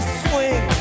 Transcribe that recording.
swing